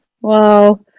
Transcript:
wow